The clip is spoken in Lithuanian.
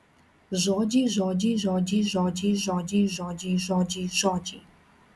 žodžiai žodžiai žodžiai žodžiai žodžiai žodžiai žodžiai žodžiai